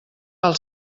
val